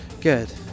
good